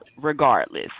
regardless